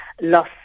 loss